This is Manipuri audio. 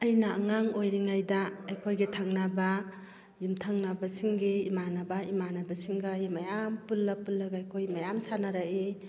ꯑꯩꯅ ꯑꯉꯥꯡ ꯑꯣꯏꯔꯤꯉꯩꯗ ꯑꯩꯈꯣꯏꯒꯤ ꯊꯪꯅꯕ ꯌꯨꯝꯊꯪꯅꯕꯁꯤꯡꯒꯤ ꯏꯃꯥꯅꯕ ꯏꯃꯥꯅꯕꯁꯤꯡꯒ ꯑꯩ ꯃꯌꯥꯝ ꯄꯨꯜꯂ ꯄꯨꯜꯂꯒ ꯑꯩꯈꯣꯏ ꯃꯌꯥꯝ ꯁꯥꯟꯅꯔꯛꯏ